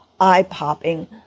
eye-popping